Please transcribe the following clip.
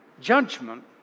judgment